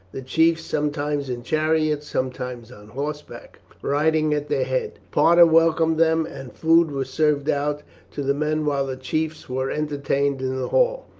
the chiefs sometimes in chariots sometimes on horseback, riding at their head. parta welcomed them, and food was served out to the men while the chiefs were entertained in the hall.